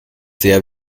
sehr